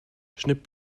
schnipp